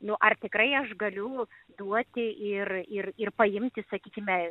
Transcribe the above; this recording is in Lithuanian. nu ar tikrai aš galiu duoti ir ir ir paimti sakykime